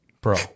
Bro